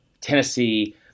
Tennessee